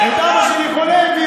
את אבא שלי הביאו חולה.